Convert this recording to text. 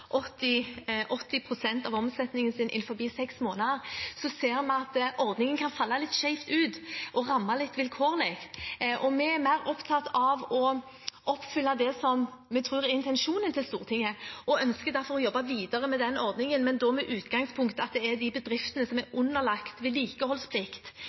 80 pst. av omsetningen sin innenfor seks måneder, ser vi at ordningen kan falle litt skjevt ut og ramme litt vilkårlig. Vi er mer opptatt av å oppfylle det vi tror er intensjonen til Stortinget, og ønsker derfor å jobbe videre med den ordningen, men da med utgangspunkt i de bedriftene som er